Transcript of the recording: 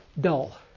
dull